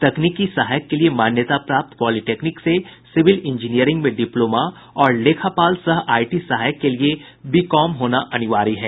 तकनीकी सहायक के लिए मान्यता प्राप्त पॉलिटेक्निक से सिविल इंजीनियरिंग में डिप्लोमा और लेखापाल सह आईटी सहायक के लिए बी कॉम होना अनिवार्य है